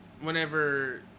Whenever